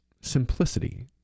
simplicity